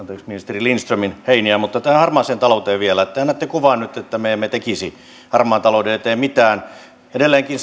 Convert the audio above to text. ministeri lindströmin heiniä mutta tähän harmaaseen talouteen vielä te annatte nyt kuvan että me emme tekisi harmaan talouden eteen mitään edelleenkin